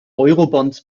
eurobonds